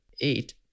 eight